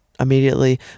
immediately